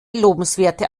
lobenswerte